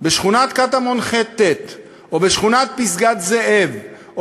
בשכונת קטמון ח'-ט' או בשכונת פסגת-זאב או